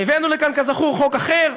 הבאנו לכאן, כזכור, חוק אחר.